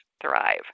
thrive